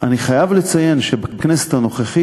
אני חייב לציין שבכנסת הנוכחית,